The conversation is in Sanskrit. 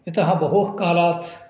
यतः बहुकालात्